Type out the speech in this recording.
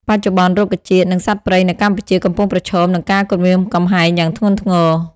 បច្ចុប្បន្ន រុក្ខជាតិ និងសត្វព្រៃនៅកម្ពុជាកំពុងប្រឈមនឹងការគំរាមកំហែងយ៉ាងធ្ងន់ធ្ងរ។